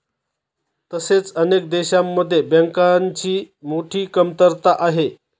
तसेच अनेक देशांमध्ये बँकांची मोठी कमतरता आहे